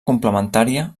complementària